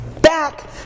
Back